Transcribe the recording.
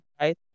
right